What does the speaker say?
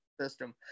system